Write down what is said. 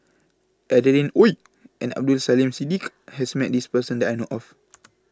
Adeline Ooi and Abdul Aleem Siddique has Met This Person that I know of